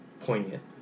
poignant